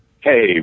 Hey